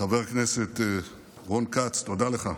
חבר הכנסת רון כץ, תודה לך.